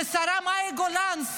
לשרה מאי גולן,